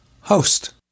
host